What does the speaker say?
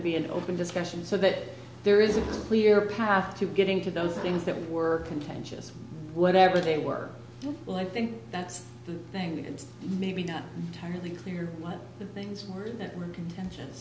to be an open discussion so that there is a clear path to getting to those things that were contentious whatever they work well i think that's the thing it's maybe not terribly clear what the things were that were contentio